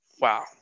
wow